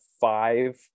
five